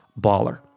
baller